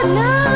no